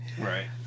Right